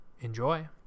Enjoy